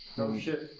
no shit.